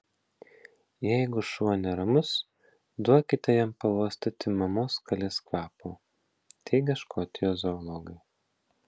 jeigu šuo neramus duokite jam pauostyti mamos kalės kvapo teigia škotijos zoologai